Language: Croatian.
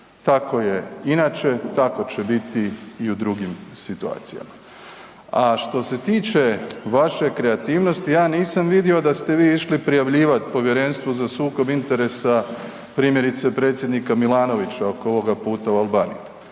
Tako je inače, tako će biti i u drugim situacijama. A što se tiče vaše kreativnosti, ja nisam vidio da ste vi išli prijavljivati Povjerenstvu za sukob interesa primjerice predsjednika Milanovića oko ovog puta u Albaniju